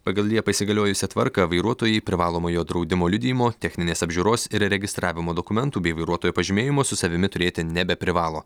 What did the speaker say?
pagal liepą įsigaliojusią tvarką vairuotojai privalomojo draudimo liudijimo techninės apžiūros ir registravimo dokumentų bei vairuotojo pažymėjimo su savimi turėti nebeprivalo